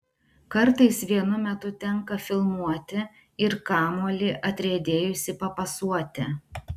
kartais vienu metu tenka filmuoti ir kamuolį atriedėjusį papasuoti